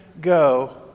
Go